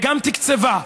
וגם תקצבה,